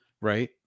right